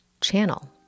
Channel